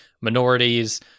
minorities